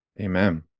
Amen